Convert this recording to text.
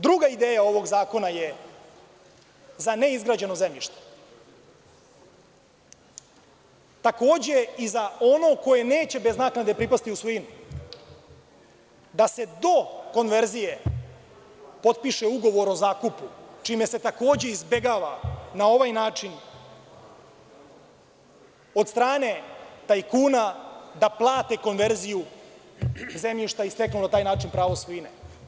Druga ideja ovog zakona je za neizgrađeno zemljište, takođe i za ono koje neće bez naknade pripasti u svojinu, da se do konverzije potpiše ugovor o zakupu, čime se takođe izbegava na ovaj način od strane tajkuna da plate konverziju zemljišta i stekne na taj način pravo svojine.